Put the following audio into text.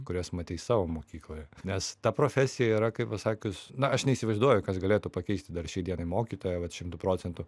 kurias matei savo mokykloje nes ta profesija yra kaip pasakius na aš neįsivaizduoju kas galėtų pakeisti dar šiai dienai mokytoją vat šimtu procentų